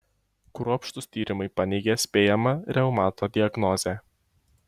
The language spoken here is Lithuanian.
kruopštūs tyrimai paneigė spėjamą reumato diagnozę